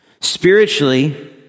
Spiritually